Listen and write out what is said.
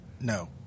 no